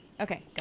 Okay